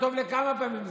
זה טוב לכמה פעמים,